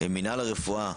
מינהל הרפואה,